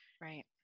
right